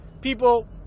people